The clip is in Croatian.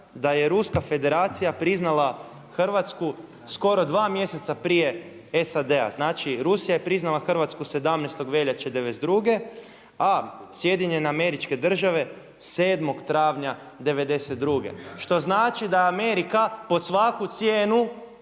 da je ruska federacija priznala Hrvatsku skoro 2 mjeseca prije SAD-a. Znači Rusija je priznala Hrvatsku 17. veljače 1992. a SAD 7. travnja 1992. što znači da Amerika pod svaku cijenu